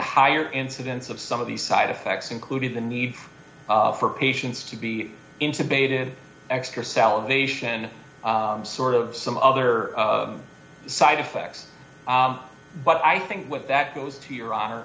higher incidence of some of these side effects including the need for patients to be intimated extra salivation sort of some other side effects but i think what that goes to your honor